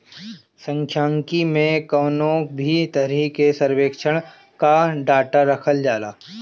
सांख्यिकी में कवनो भी तरही के सर्वेक्षण कअ डाटा रखल जाला